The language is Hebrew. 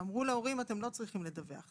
ואמרו להורים: אתם לא צריכים לדווח.